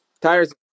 Tires